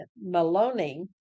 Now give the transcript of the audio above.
Maloney